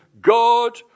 God